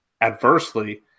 adversely